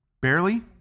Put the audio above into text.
Barely